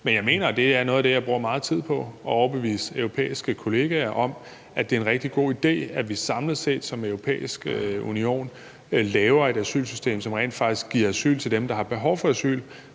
Men jeg mener, og det er noget af det, jeg bruger meget tid på at overbevise europæiske kolleger om, at det er en rigtig god idé, at vi samlet set som Europæisk Union laver et asylsystem, som rent faktisk giver asyl til dem, der har behov for asyl,